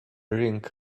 rink